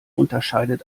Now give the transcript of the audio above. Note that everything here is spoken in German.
unterscheidet